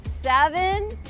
seven